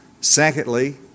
Secondly